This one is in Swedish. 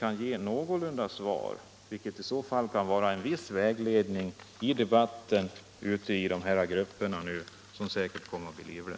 Det skulle i så fall kunna ge en viss vägledning i debatten ute bland de olika grupperna som säkerligen kommer att bli livlig.